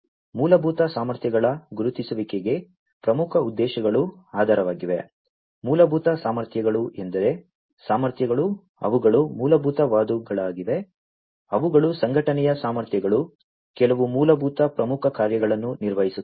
ಮೂಲಭೂತ ಸಾಮರ್ಥ್ಯಗಳ ಗುರುತಿಸುವಿಕೆಗೆ ಪ್ರಮುಖ ಉದ್ದೇಶಗಳು ಆಧಾರವಾಗಿವೆ ಮೂಲಭೂತ ಸಾಮರ್ಥ್ಯಗಳು ಎಂದರೆ ಸಾಮರ್ಥ್ಯಗಳು ಅವುಗಳು ಮೂಲಭೂತವಾದವುಗಳಾಗಿವೆ ಅವುಗಳು ಸಂಘಟನೆಯ ಸಾಮರ್ಥ್ಯಗಳು ಕೆಲವು ಮೂಲಭೂತ ಪ್ರಮುಖ ಕಾರ್ಯಗಳನ್ನು ನಿರ್ವಹಿಸುತ್ತವೆ